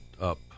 up